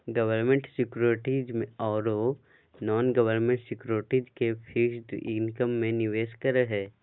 government securities ओरो non government securities के fixed income में निवेश करे हइ